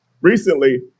Recently